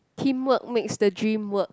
teamwork makes the dream work